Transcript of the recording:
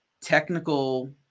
technical